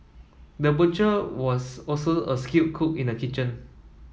the butcher was also a skilled cook in the kitchen